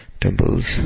Temples